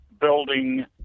building